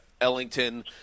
Ellington